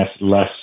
less